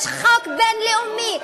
יש חוק בין-לאומי,